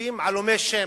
נוספים עלומי שם.